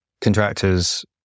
contractors